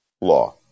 law